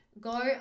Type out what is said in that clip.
Go